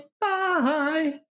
Bye